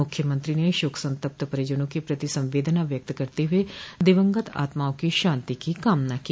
मुख्यमंत्री ने शोक संतप्त परिजनों के प्रति संवेदना व्यक्त करते हुए दिवंगत आत्माओं की शांति की कामना की